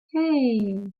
hey